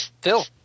Phil